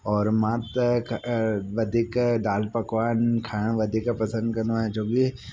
और मां त वधीक दाल पकवान खाइणु वधीक पसंदि कंदो आहियां छोकि